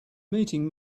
meeting